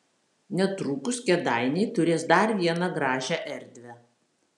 netrukus kėdainiai turės dar vieną gražią erdvę